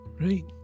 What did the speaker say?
right